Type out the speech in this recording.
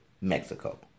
Mexico